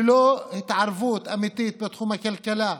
ללא התערבות אמיתית בתחום הכלכלה,